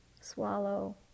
swallow